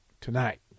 tonight